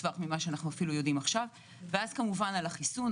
טווח ממה שאנו אפילו יודעים עכשיו ואז כמובן על החיסון,